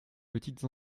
petites